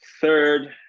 third